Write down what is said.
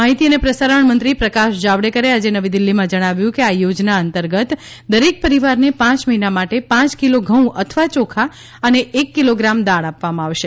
માહિતી અને પ્રસારણ મંત્રી પ્રકાશ જાવડેકરે આજે નવી દિલ્હીમાં જણાવ્યું કે આ યોજના અંતર્ગત દરેક પરિવારને પાંચ મહિના માટે પાંચ કિલો ઘઉં અથવા યોખા અને એક કિલોગ્રામ દાળ આપવામાં આવશે